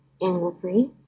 animal-free